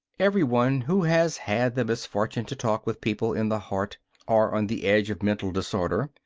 every one who has had the misfortune to talk with people in the heart or on the edge of mental disorder,